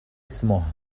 اسمه